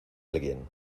alguien